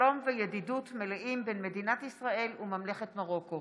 שלום וידידות מלאים בין מדינת ישראל וממלכת מרוקו.